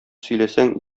сөйләсәң